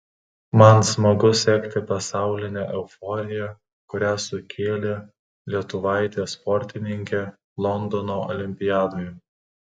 man smagu sekti pasaulinę euforiją kurią sukėlė lietuvaitė sportininkė londono olimpiadoje